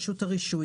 שימנה השר.